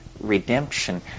redemption